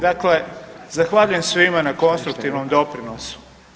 Dakle, zahvaljujem svima na konstruktivnom doprinosu.